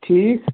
ٹھیٖک